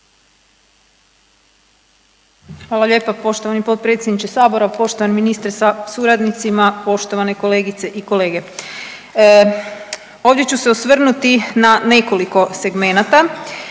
Hvala lijepa poštovani potpredsjedniče sabora, poštovani ministre sa suradnicima, poštovane kolegice i kolege. Ovdje ću se osvrnuti na nekoliko segmenata.